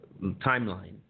timeline